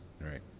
Right